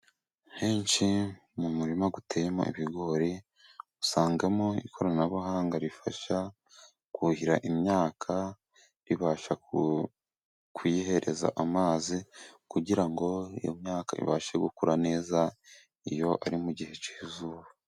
Henshi mu murima uteyemo ibigori, usangamo ikoranabuhanga rifasha kuhira imyaka, ribasha kuyihereza amazi kugira ngo iyo myaka ibashe gukura neza, iyo ari mu gihe cy'izuba.